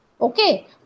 Okay